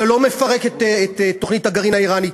זה לא מפרק את תוכנית הגרעין האיראנית.